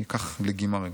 אני אקח לגימה רגע.